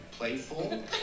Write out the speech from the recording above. Playful